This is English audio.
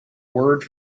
word